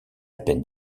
peine